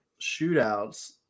shootouts